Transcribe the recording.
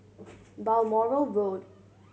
Balmoral Road